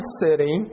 city